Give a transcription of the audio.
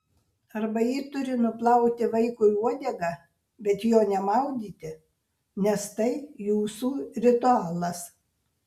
arba ji turi nuplauti vaikui uodegą bet jo nemaudyti nes tai jūsų ritualas